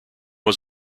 was